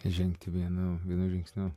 žengti vienu vienu žingsniu